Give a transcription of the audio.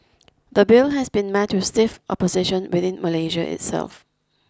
the bill has been met with stiff opposition within Malaysia itself